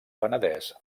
penedès